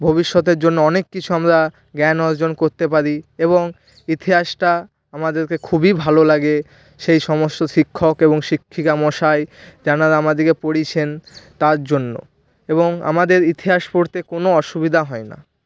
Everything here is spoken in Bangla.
ভবিষ্যতের জন্য অনেক কিছু আমরা জ্ঞান অর্জন করতে পারি এবং ইতিহাসটা আমাদেরকে খুবই ভালো লাগে সেই সমস্ত শিক্ষক এবং শিক্ষিকা মশাই তেনারা আমাদেরকে পড়িয়েছেন তার জন্য এবং আমাদের ইতিহাস পড়তে কোনও অসুবিধা হয় না